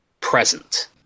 present